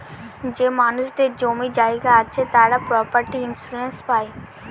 যে মানুষদের জমি জায়গা আছে তারা প্রপার্টি ইন্সুরেন্স পাই